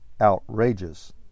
outrageous